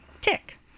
tick